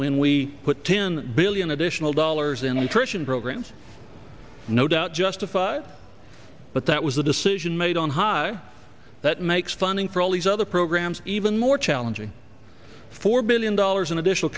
when we put ten billion additional dollars in the christian programs no doubt justified but that was a decision made on high makes funding for all these other programs even more challenging four billion dollars in additional